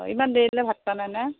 অঁ ইমান দেৰিলে ভাত খোৱা নাইনে